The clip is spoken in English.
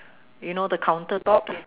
you know the counter top